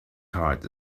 tart